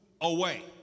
away